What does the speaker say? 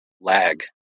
lag